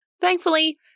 Thankfully